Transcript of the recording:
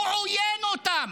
הוא עוין כלפיהם.